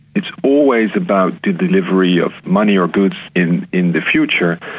it's always about the delivery of money or goods in in the future,